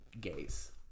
gays